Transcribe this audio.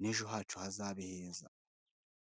n'ejo hacu hazabe heza.